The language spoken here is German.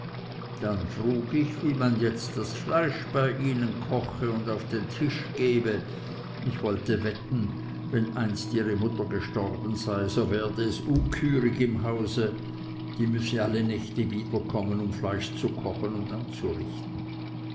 dann frug ich wie man jetzt das fleisch bei ihnen koche und auf den tisch gebe und ich wolle wetten wenn einist ihre mutter gestorben sei so werde es unghürig im hause die müsse alle nächte wieder kommen um fleisch zu kochen und anzurichten